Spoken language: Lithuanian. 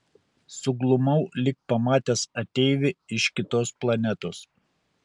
suglumau lyg pamatęs ateivį iš kitos planetos